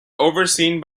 overseen